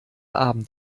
abend